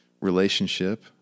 relationship